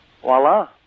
Voila